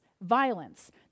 violence